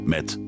Met